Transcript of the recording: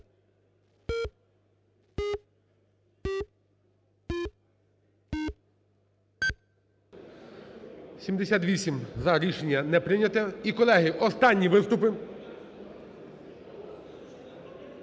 За-78 Рішення не прийнято. І, колеги, останні виступи.